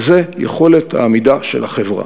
וזה יכולת העמידה של החברה.